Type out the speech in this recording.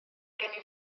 gen